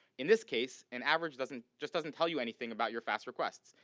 in this case, an average doesn't just doesn't tell you anything about your fast requests.